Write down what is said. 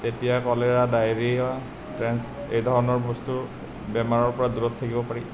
তেতিয়া cholera diarrhoea এই ধৰণৰ বস্তু বেমাৰৰ পৰা দূৰত থাকিব পাৰি